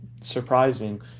surprising